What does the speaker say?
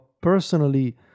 personally